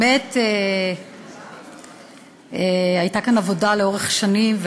באמת הייתה כאן עבודה לאורך שנים.